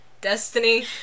destiny